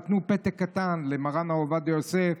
נתנו פתק קטן למרן הרב עובדיה יוסף,